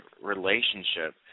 relationship